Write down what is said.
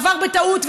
עבר בטעות,